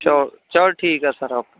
ਚੋ ਚਲੋ ਠੀਕ ਹੈ ਸਰ ਓਕੇ